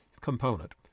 Component